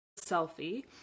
selfie